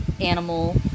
animal